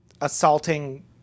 assaulting